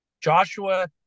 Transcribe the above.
joshua